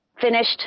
finished